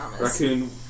raccoon